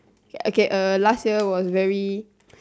okay uh last year was very